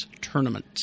tournament